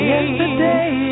Yesterday